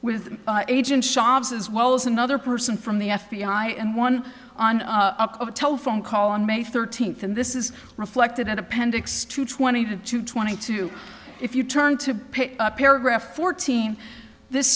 with agent shabazz as well as another person from the f b i and one on a telephone call on may thirteenth and this is reflected at appendix two twenty two twenty two if you turn to pick up paragraph fourteen this